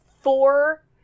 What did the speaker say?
four